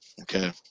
Okay